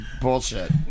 bullshit